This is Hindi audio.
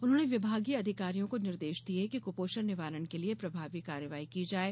उन्होंने विभागीय अधिकारियों को निर्देश दिये कि कुपोषण निवारण के लिये प्रभावी कार्रवाई की जाये